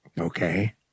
Okay